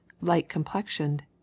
light-complexioned